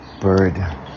bird